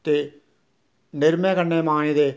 ते निरमें कन्नै मांजदे